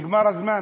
נגמר הזמן.